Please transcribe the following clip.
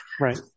Right